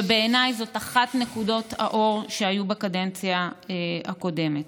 ובעיניי זו אחת מנקודות האור שהיו בקדנציה הקודמת,